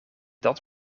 dat